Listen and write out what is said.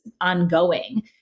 ongoing